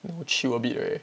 chill a bit already